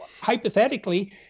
hypothetically